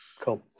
cool